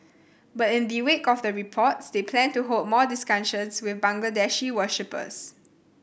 but in the wake of the reports they plan to hold more discussions with Bangladeshi worshippers